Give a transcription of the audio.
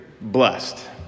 blessed